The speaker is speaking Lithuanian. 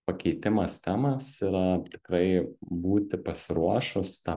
pakeitimas temas yra tikrai būti pasiruošus tą